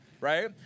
right